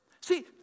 See